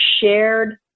shared